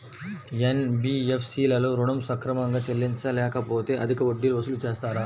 NBFC లలో ఋణం సక్రమంగా చెల్లించలేకపోతె అధిక వడ్డీలు వసూలు చేస్తారా?